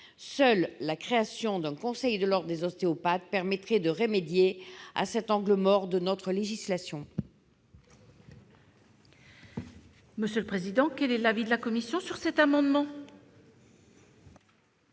Seule la création d'un conseil de l'ordre des ostéopathes permettrait de remédier à cet angle mort de notre législation.